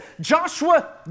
Joshua